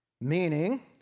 meaning